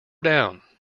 down